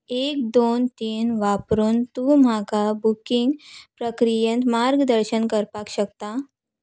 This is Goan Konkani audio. एक दोन तीन वापरून तूं म्हाका बुकींग प्रक्रियेंत मार्गदर्शन करपाक शकता